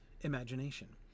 imagination